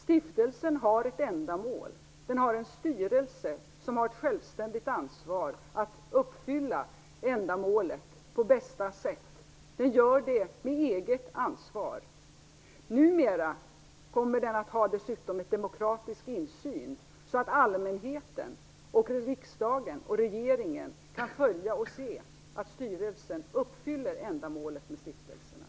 Stiftelsen har ett ändamål och en styrelse som har ett självständigt ansvar att uppfylla ändamålet på bästa sätt. Den gör det på eget ansvar. Numera kommer den dessutom att ha demokratisk insyn, så att allmänheten, riksdagen och regeringen kan följa arbetet och se att styrelsen uppfyller ändamålet med stiftelserna.